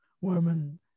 women